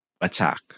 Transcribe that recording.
attack